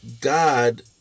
God